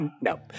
no